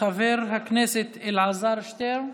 נוכחת, חבר הכנסת אלעזר שטרן,